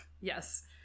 Yes